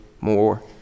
more